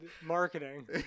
Marketing